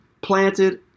planted